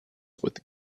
with